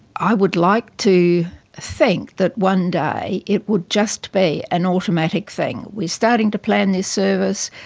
i would like to think that one day it would just be an automatic thing. we're starting to plan this service,